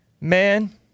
man